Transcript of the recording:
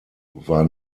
war